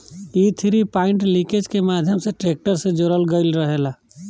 इ three point linkage के माध्यम से ट्रेक्टर से जोड़ल गईल रहेला